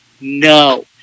No